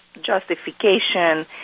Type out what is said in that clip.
justification